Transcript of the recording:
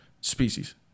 species